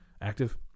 Active